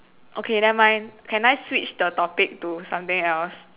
okay never mind can I switch the topic to something else